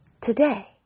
today